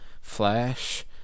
Flash